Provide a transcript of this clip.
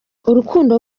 urukundo